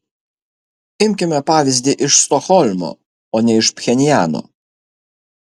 imkime pavyzdį iš stokholmo o ne iš pchenjano